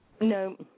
No